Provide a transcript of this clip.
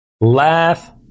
Laugh